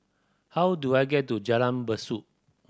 how do I get to Jalan Besut